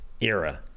era